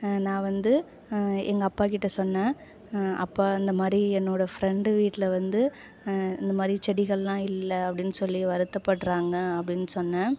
நான் வந்து எங்கள் அப்பாகிட்டே சொன்னேன் அப்பா இந்தமாதிரி என்னோடய ஃப்ரெண்டு வீட்டில் வந்து இந்தமாதிரி செடிகள்லாம் இல்லை அப்படின் சொல்லி வருத்தப்படறாங்க அப்படின் சொன்னேன்